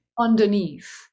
underneath